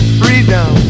freedom